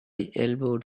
elbowed